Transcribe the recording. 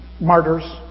martyrs